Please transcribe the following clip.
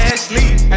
Ashley